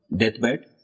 Deathbed